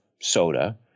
soda